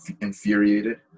infuriated